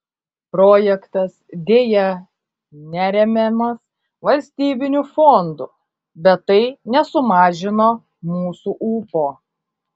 projektas deja neremiamas valstybinių fondų bet tai nesumažino mūsų ūpo